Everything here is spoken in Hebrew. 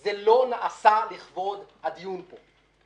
זה לא נעשה לכבוד הדיון פה.